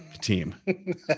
team